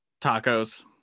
Tacos